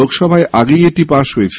লোকসভায় আগেই এটি পাশ হয়েছিল